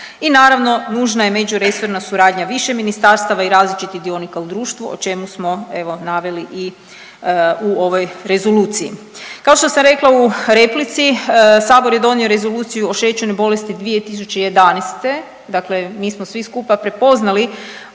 i naravno nužna je međuresorna suradnja više ministarstava i različitih dionika u društvu o čemu smo evo naveli i u ovoj rezoluciji. Kao što sam rekla u replici sabor je donio Rezoluciju o šećernoj bolesti 2011., dakle mi smo svi skupa prepoznali